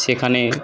সেখানে